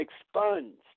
expunged